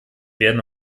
werden